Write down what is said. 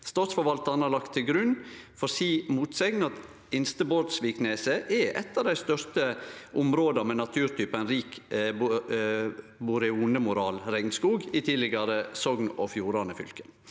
Statsforvaltaren har lagt til grunn for si motsegn at Inste Bårdvikneset er eit av dei største områda med naturtypen rik boreonemoral regnskog i tidlegare Sogn og Fjordane fylke.